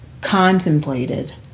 contemplated